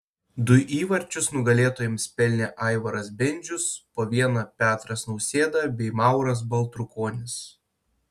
du įvarčius nugalėtojams pelnė aivaras bendžius po vieną petras nausėda bei mauras baltrukonis